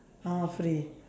all free